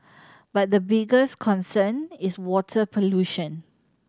but the biggest concern is water pollution